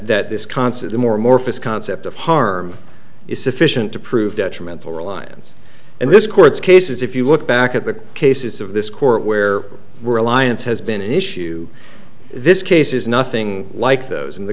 that this concept the more amorphous concept of harm is sufficient to prove detrimental reliance and this court's cases if you look back at the cases of this court where were alliance has been an issue this case is nothing like those in the